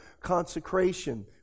consecration